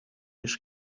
his